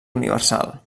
universal